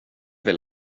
vill